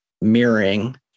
mirroring